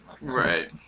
Right